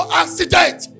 accident